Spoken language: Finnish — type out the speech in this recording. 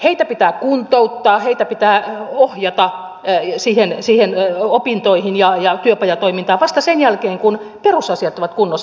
heitä pitää kuntouttaa heitä pitää ohjata niihin opintoihin ja työpajatoimintaan vasta sen jälkeen kun perusasiat ovat kunnossa